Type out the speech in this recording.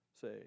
say